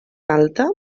alta